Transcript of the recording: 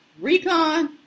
Recon